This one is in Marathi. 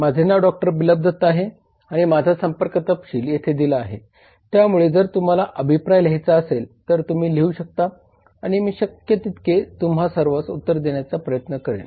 माझे नाव डॉ बिप्लब दत्ता आहे आणि माझा संपर्क तपशील येथे दिला आहे त्यामुळे जर तुम्हाला अभिप्राय लिहायचे असेल तर तुम्ही लिहू शकता आणि मी शक्य तितके तुम्हा सर्वांस उत्तर देण्याचा प्रयत्न करेन